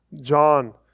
John